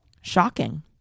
shocking